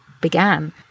began